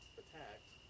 attacked